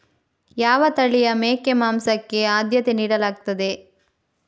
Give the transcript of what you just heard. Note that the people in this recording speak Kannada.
ಯಾವ ತಳಿಯ ಮೇಕೆ ಮಾಂಸಕ್ಕೆ ಆದ್ಯತೆ ನೀಡಲಾಗ್ತದೆ?